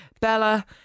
Bella